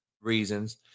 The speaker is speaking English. reasons